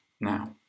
now